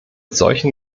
solchen